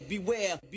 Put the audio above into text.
Beware